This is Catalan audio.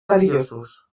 perillosos